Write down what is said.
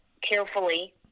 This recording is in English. carefully